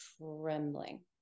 trembling